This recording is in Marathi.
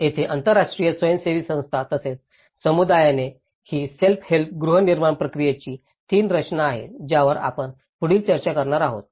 येथे आंतरराष्ट्रीय स्वयंसेवी संस्था तसेच समुदायाने ही सेल्फ हेल्प गृहनिर्माण प्रक्रियेची तीन रचना आहेत ज्यावर आपण पुढील चर्चा करणार आहोत